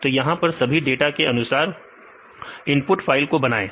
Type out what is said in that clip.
तो यहां पर सभी डाटा के अनुसार इनपुट फाइल को बनाएं